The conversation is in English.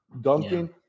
Duncan